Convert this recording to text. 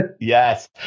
Yes